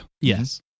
Yes